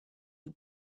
you